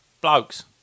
Blokes